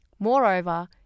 Moreover